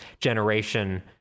generation